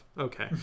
Okay